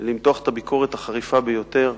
למתוח את הביקורת החריפה ביותר,